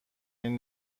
این